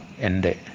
ende